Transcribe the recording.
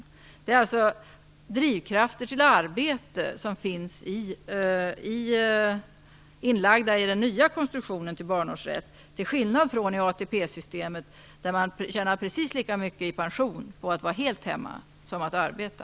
Det finns alltså drivkrafter för arbete inlagda i den nya konstruktionen av barnårsrätt till skillnad från i ATP-systemet, där man tjänar precis lika mycket i pension på att vara hemma helt och hållet som på att arbeta.